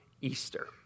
Easter